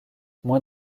moins